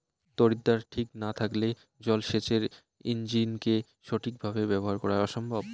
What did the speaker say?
তড়িৎদ্বার ঠিক না থাকলে জল সেচের ইণ্জিনকে সঠিক ভাবে ব্যবহার করা অসম্ভব